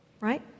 right